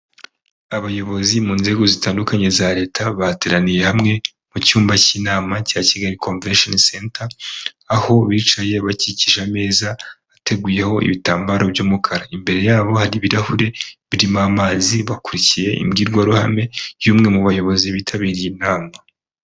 Abayobozi mu nzego zitandukanye za leta bateraniye hamwe, mu cyumba cy'inama cya Kigali komvesheni senta aho bicaye bakikije ameza ateguyeho ibitambaro by'umukara, imbere yabo hari ibirahure birimo amazi, bakurikiye imbwirwaruhame y'umwe mu bayobozi bitabiriye inama.